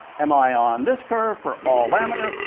am i on this curve for all laminar?